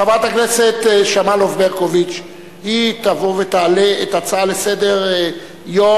חברת הכנסת שמאלוב-ברקוביץ תבוא ותעלה את ההצעה לסדר-היום